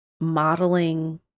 modeling